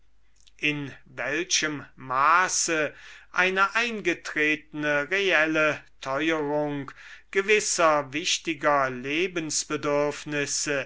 in welchem maße eine eingetretene reelle teuerung gewisser wichtiger